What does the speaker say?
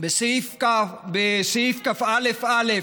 בסעיף כא(א)